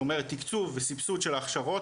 זאת אומרת תקצוב וסבסוד של ההכשרות,